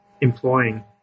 employing